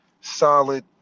solid